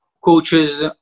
Coaches